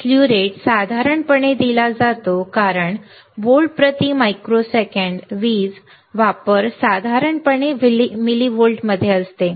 slew rate साधारणपणे दिला जातो कारण व्होल्ट प्रति मायक्रोसेकंड वीज वापर साधारणपणे मिलिव्होल्टमध्ये असतो